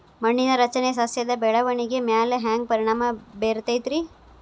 ಮಣ್ಣಿನ ರಚನೆ ಸಸ್ಯದ ಬೆಳವಣಿಗೆ ಮ್ಯಾಲೆ ಹ್ಯಾಂಗ್ ಪರಿಣಾಮ ಬೇರತೈತ್ರಿ?